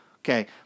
Okay